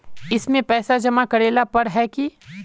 इसमें पैसा जमा करेला पर है की?